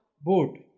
boat